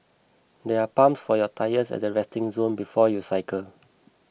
there are pumps for your tyres at the resting zone before you cycle